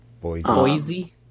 Boise